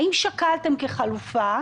האם שקלתם כחלופה